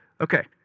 Okay